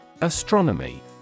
astronomy